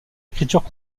écritures